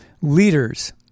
leaders